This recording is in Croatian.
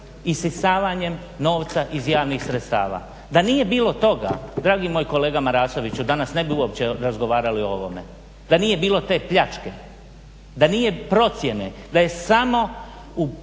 isisavanjem novca iz javnih sredstava. Da nije bilo toga, dragi moj kolega Marasoviću danas ne bi uopće razgovarali o ovome. Da nije bilo te pljačke, da nije procjene, da je samo u